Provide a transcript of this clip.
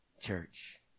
church